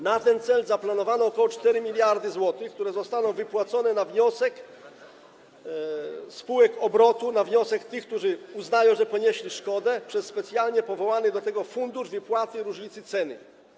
Na ten cel zaplanowano ok. 4 mld zł, które zostaną wypłacone - na wniosek spółek obrotu, na wniosek tych, którzy uznają, że ponieśli szkodę - przez specjalnie powołany do tego Fundusz Wypłaty Różnicy Ceny.